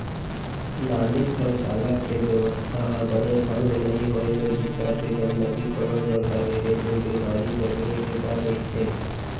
नाली, सउचालक के बेवस्था ह बने ढंग ले नइ होय ले, बिकट के गंदगी कोनो जघा रेहे ले बेमारी बगरे के डर रहिथे